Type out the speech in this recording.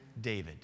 David